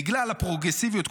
בגלל הפרוגרסיביות,